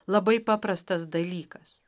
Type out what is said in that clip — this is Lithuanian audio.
labai paprastas dalykas